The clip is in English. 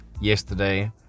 yesterday